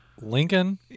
Lincoln